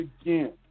again